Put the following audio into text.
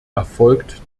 erfolgt